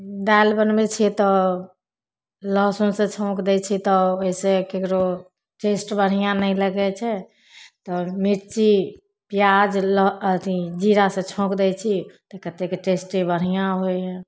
दालि बनबै छियै तऽ लहसुनसँ छौङ्क दै छियै तऽ ओइसँ ककरो टेस्ट बढ़िआँ नहि लगय छै तऽ मिरची पियाउज ल अथी जीरासँ छौङ्क दै छी तऽ कतेके टेस्टे बढ़िआँ होइ हइ